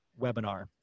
webinar